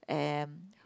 and